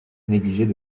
négligeait